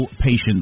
patience